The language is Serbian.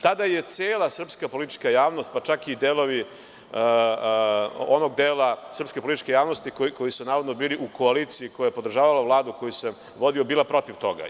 Tada je cela srpska politička javnost, pa čak i delovi onog dela srpske političke javnosti koji su navodno bili u koaliciji, koja je podržavala Vladu, koju sam vodio, bila protiv toga.